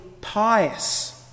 pious